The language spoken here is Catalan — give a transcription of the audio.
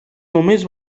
només